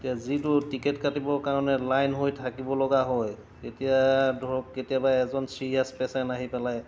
এতিয়া যিটো টিকেট কাটিবৰ কাৰণে লাইন হৈ থাকিব লগা হয় তেতিয়া ধৰক কেতিয়াবা এজন চিৰিয়াছ পেচেণ্ট আহি পেলাই